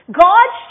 God's